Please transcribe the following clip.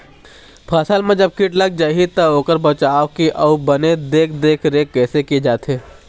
फसल मा जब कीट लग जाही ता ओकर बचाव के अउ बने देख देख रेख कैसे किया जाथे?